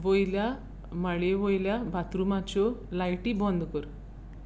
वयल्या माळयेवल्या बाथरूमाच्यो लायटी बंद कर